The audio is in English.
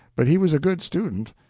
but he was a good student.